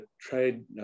trade